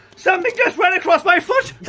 so but just ran across my foot!